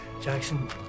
Jackson